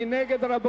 64 נגד.